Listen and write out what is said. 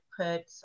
put